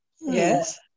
Yes